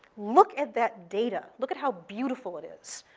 look at that data. look at how beautiful it is.